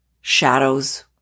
shadows